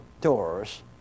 doors